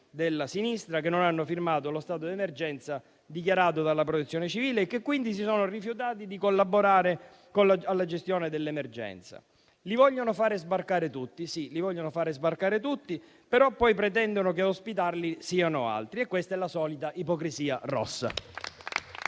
governatori che non hanno firmato lo stato d'emergenza dichiarato dalla Protezione civile e che quindi si sono rifiutati di collaborare nella gestione dell'emergenza. Li vogliono far sbarcare tutti, però poi pretendono che a ospitarli siano altri: questa è la solita ipocrisia rossa.